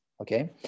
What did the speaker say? okay